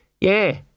Yeah